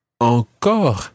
encore